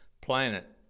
planet